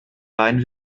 rein